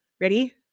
Ready